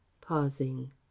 pausing